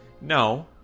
No